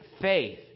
faith